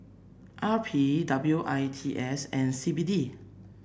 R P W I T S and C B D